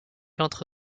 entre